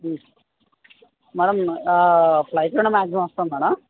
madam flight లోనే maximum వస్తాను madam